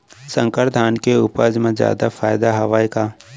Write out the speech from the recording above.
संकर धान के उपज मा जादा फायदा हवय का?